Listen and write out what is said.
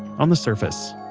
on the surface,